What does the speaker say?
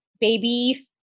baby